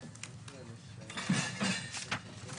שלא יתייחסו בכלל לשעות נוכחות?